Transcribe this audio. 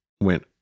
went